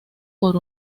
por